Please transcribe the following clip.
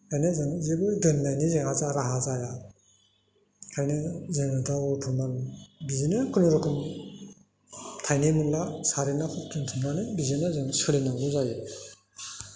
बेनिखायनो जों जेबो दोननायनि जोंहा राहा जाया बेखायनो जोङो दा बरथ'मान बिदिनो खुनुरुखुम थाइनै मोनब्ला सारेनाफोर दोनथुमनानै बिदिनो जों सोलिनांगौ जायो